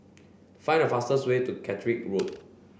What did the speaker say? find the fastest way to Catterick Road